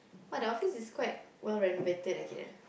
but the office is quite well renovated ah kira